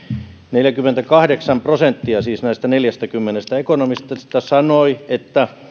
neljäkymmentäkahdeksan prosenttia näistä neljästäkymmenestä ekonomistista sanoi että